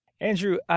Andrew